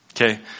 Okay